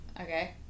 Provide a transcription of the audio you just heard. Okay